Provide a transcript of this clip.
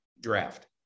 draft